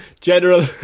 General